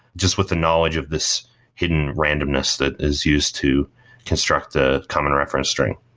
just with the knowledge of this hidden randomness that is used to construct the common reference string.